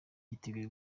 yiteguye